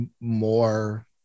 more